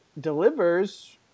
delivers